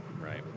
Right